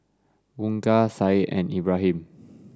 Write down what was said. Bunga Syed and Ibrahim